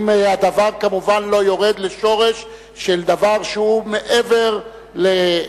אם הדבר כמובן לא יורד לשורש של דבר שהוא מעבר לנימוסים,